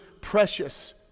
precious